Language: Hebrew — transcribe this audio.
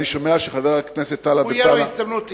חברת הכנסת אורלי לוי, ואחריה,